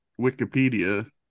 Wikipedia